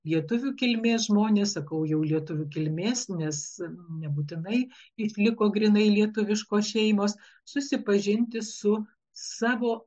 lietuvių kilmės žmonės sakau jau lietuvių kilmės nes nebūtinai išliko grynai lietuviškos šeimos susipažinti su savo